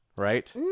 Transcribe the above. right